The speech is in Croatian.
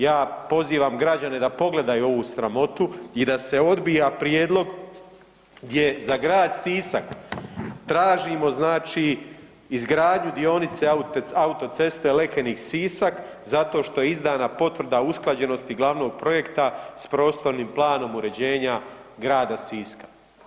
Ja pozivam građane da pogledaju ovu sramotu i da se odbija prijedlog gdje za Grad Sisak tražimo izgradnju dionice autoceste Lekenik-Sisak zato što je izdana potvrda usklađenosti glavnog projekta s prostornim planom uređenja Grada Siska.